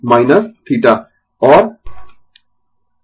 और VmImz